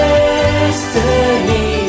Destiny